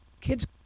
Kid's